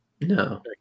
no